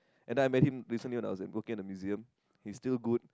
and then recently I met him when I was in working at the museum he still good